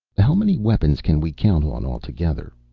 how many weapons can we count on altogether?